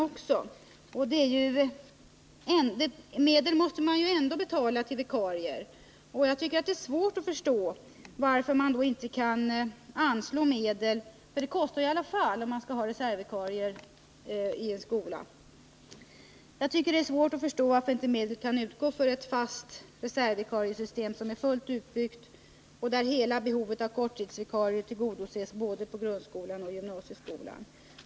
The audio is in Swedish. Vikariekostnaderna måste ju ändå betalas, och jag tycker därför att det är svårt att förstå varför man inte kan anslå medel för ett system med fasta reservvikarier. Medel borde kunna utgå för ett fullt utbyggt sådant system, där hela behovet av korttidsvikarier tillgodoses både i grundskolan och gymnasieskolan.